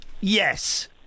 Yes